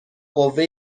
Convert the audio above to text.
قوه